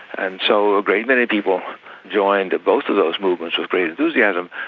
and so a great many people joined both of those movements with great enthusiasm.